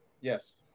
Yes